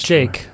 Jake